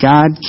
God